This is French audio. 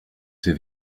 ses